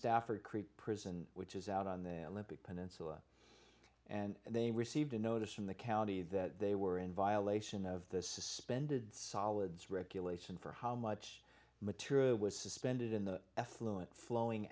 stafford creek prison which is out on the olympic peninsula and they received a notice from the county that they were in violation of the suspended solids regulation for how much material was suspended in the effluent flowing